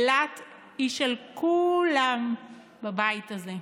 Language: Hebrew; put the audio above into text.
אילת היא של כולם בבית הזה.